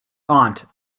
aunt